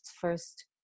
first